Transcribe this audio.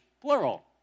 Plural